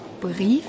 Brief